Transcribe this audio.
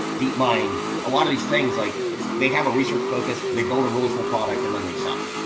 deep mind, a lot of these things, like they have a research focus. they build a really cool product and then they sell.